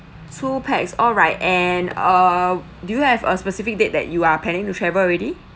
two pax alright and err do you have a specific date that you are planning to travel already